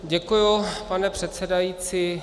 Děkuji, pane předsedající.